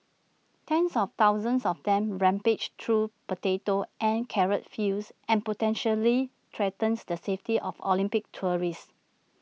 tens of thousands of them rampage through potato and carrot fields and potentially threatens the safety of Olympics tourists